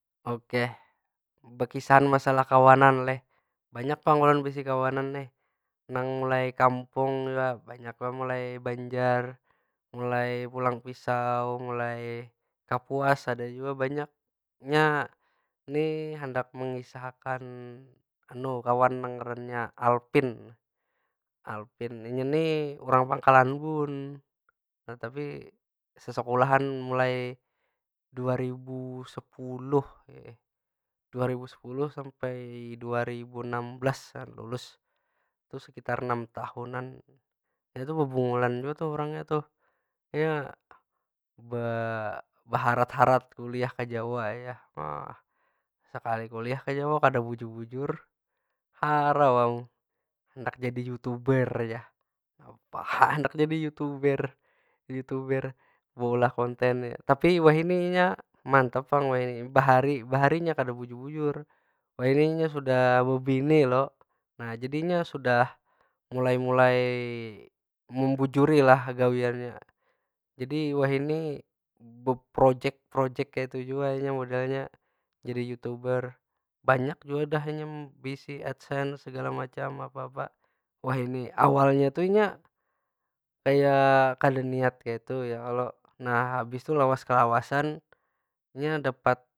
Okeh, bekisahan masalah kawanan leh. Banyak pang ulun bisi kawanan nih. Nang mulai kampung jua banyak ai, mulai banjar, mulai pulang pisau, mulai kapuas ada jua banyak. Nya nih handak mengisah akan kawan nang ngarannya alpin. Inya ni urang pangkalan bun, nah tapi sesekulahan mulai dua ribu sepuluh. Dua ribu sepuluh sampai dua ribu enam belasan lulus. Tu sekitar enam tahunan, inya tu bebungulan jua tu urangnya tu. Nya be- beharat- harat kuliah ke jawa. Sekali kuliah ka jawa kada bujur- bujur. Harau am handak jadi yutuber jar. Apa handak jadi yutuber? Yutuber, beulah konten ja. Tapi wahini inya mantap pang wahini. Bahari inya kada bujur- bujur. Wahini nya sudah bebini lo. Nah jadi inya sudah mulai- mulai membujuri lah gawiannya. Jadi wahini beprojek- projek kaytu jua inya modelnya, jadi yutuber. Banyak jua dah inya beisi adsen segala macam apa- apa, wahini. Awalnya tu inya kaya kada niat kaytu ya kalo? Nah habis tu lawas kelawasan inya dapat.